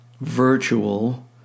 virtual